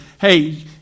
hey